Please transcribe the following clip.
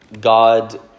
God